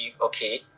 okay